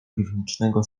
piwnicznego